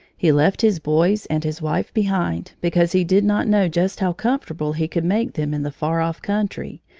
he left his boys and his wife behind, because he did not know just how comfortable he could make them in the far-off country,